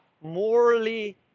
morally